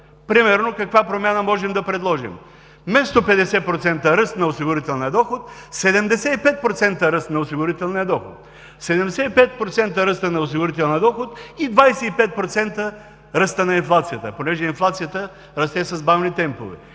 Примерно каква промяна можем да предложим? Вместо 50% ръст на осигурителния доход – 75% ръст на осигурителния доход, и 25% ръста на инфлацията, понеже инфлацията расте с бавни темпове.